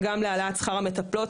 וגם להעלאת שכר המטפלות,